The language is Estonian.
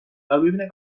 tarbimine